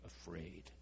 afraid